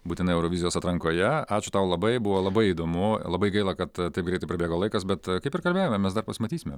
būtinai eurovizijos atrankoje ačiū tau labai buvo labai įdomu labai gaila kad taip greitai prabėgo laikas bet kaip ir kalbėjome mes dar pasimatysime